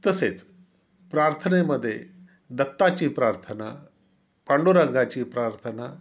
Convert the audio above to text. तसेच प्रार्थनेमध्ये दत्ताची प्रार्थना पांडुरंगाची प्रार्थना